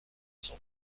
son